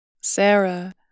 Sarah